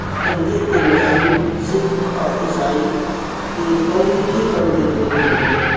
اقلیت کے مذاہب سکھ اور عیسائی یہ بہت ہی کم دیکھنے کو ملتے ہیں